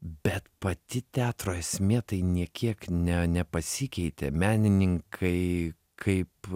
bet pati teatro esmė tai nė kiek ne nepasikeitė menininkai kaip